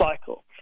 cycle